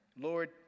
Lord